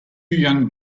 young